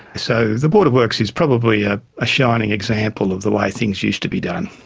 so the boards of works is probably a ah shining example of the way things used to be done.